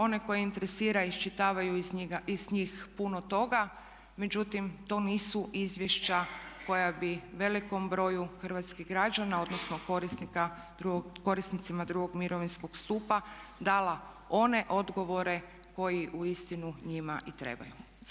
One koje interesira iščitavaju iz njih puno toga, međutim, to nisu izvješća koja bi velikom broju hrvatskih građana odnosno korisnicima drugog mirovinskog stupa dala one odgovore koji uistinu njima i trebaju.